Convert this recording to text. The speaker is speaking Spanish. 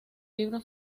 libro